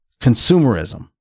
consumerism